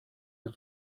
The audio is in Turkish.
yıl